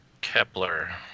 Kepler